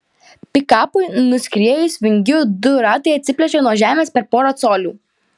pikapui nuskriejus vingiu du ratai atsiplėšė nuo žemės per porą colių